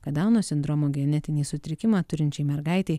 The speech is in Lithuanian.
kad dauno sindromo genetinį sutrikimą turinčiai mergaitei